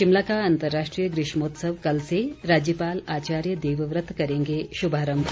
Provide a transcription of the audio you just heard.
शिमला का अंतर्राष्ट्रीय ग्रीष्मोत्सव कल से राज्यपाल आचार्य देवव्रत करेंगे शुभारम्भ